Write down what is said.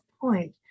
point